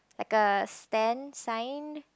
like a stand sign